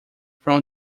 from